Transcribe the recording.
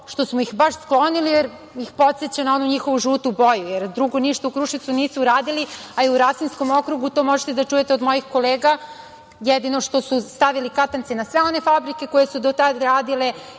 što smo ih baš sklonili, jer ih podseća na onu njihovu žutu boju. Drugo ništa u Kruševcu nisu uradili, a i u Rasinskom okrugu to možete da čujete od mojih kolega. Jedino što su stavili katance na sve one fabrike koje su do tada radile